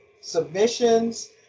submissions